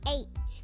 Eight